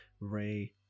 ray